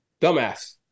Dumbass